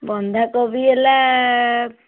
ବନ୍ଧା କୋବି ହେଲା